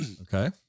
Okay